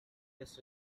this